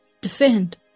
defend